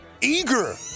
eager